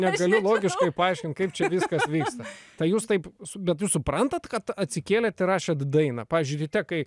negaliu logiškai paaiškint kaip čia viskas vyksta tai jūs taip bet jūs suprantat kad atsikėlėt įrašėt dainą pavyzdžiui ryte kai